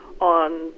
on